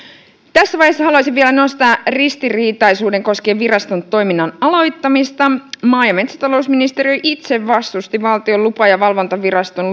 tässä vaiheessa haluaisin vielä nostaa ristiriitaisuuden koskien viraston toiminnan aloittamista maa ja metsätalousministeriö itse vastusti valtion lupa ja valvontaviraston